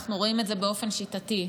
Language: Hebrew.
אנחנו רואים את זה באופן שיטתי,